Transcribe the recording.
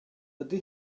ydy